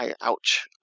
ouch